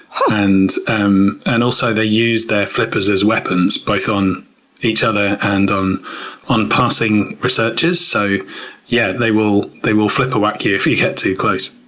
and um and also they use their flippers as weapons both on each other and on on passing researchers. so yeah they will they will flipper whack you if you get too close.